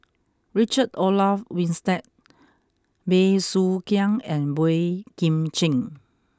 Richard Olaf Winstedt Bey Soo Khiang and Boey Kim Cheng